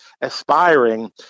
aspiring